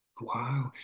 wow